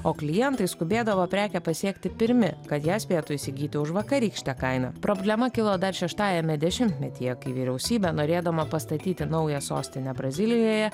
o klientai skubėdavo prekę pasiekti pirmi kad ją spėtų įsigyti už vakarykštę kainą problema kilo dar šeštajame dešimtmetyje kai vyriausybė norėdama pastatyti naują sostinę brazilijoje